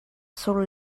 sur